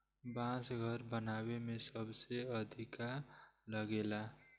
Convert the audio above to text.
बांस घर बनावे में सबसे अधिका लागेला